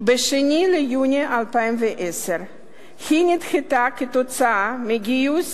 ב-2 ביוני 2010. היא נדחתה כתוצאה מגיוס